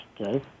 okay